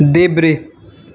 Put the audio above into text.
देब्रे